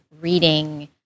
reading